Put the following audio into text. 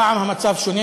הפעם המצב שונה,